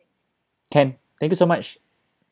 can thank you so much